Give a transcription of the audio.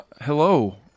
hello